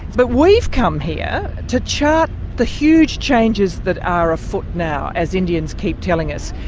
but we've come here to chart the huge changes that are afoot now, as indians keep telling us.